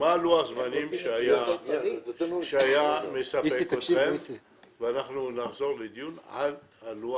מה לוח הזמנים שהיה מספק אתכם ואנחנו נחזור לדיון על לוח